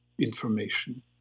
information